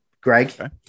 Greg